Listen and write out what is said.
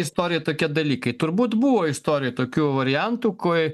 istorijoj tokie dalykai turbūt buvo istorijoj tokių variantų kai